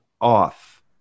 Off